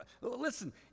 listen